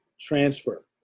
transfer